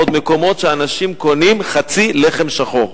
עוד מקומות שבהם אנשים קונים חצי לחם שחור.